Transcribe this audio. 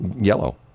yellow